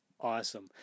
awesome